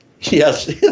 yes